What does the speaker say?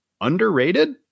underrated